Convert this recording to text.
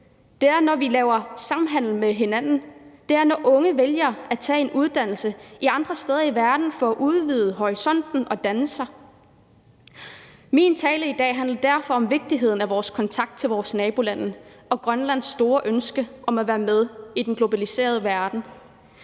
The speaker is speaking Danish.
det er, når vi laver samhandel med hinanden, og det er, når unge vælger at tage en uddannelse andre steder i verden for at udvide horisonten og blive dannede. Min tale i dag handler derfor om vigtigheden af vores kontakt til vores nabolande og om Grønlands store ønske om at være med i den globaliserede verden.